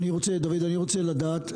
אני רוצה לדעת,